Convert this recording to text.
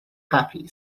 happy